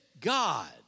God